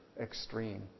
extreme